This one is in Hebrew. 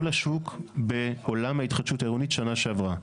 לשוק בעולם ההתחדשות העירונית בשנה שעברה.